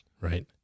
Right